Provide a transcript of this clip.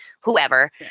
whoever